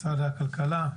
משרד הכלכלה?